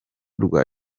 rwa